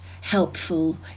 helpful